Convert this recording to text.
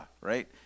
right